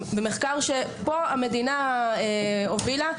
ומחקר שפה המדינה הובילה,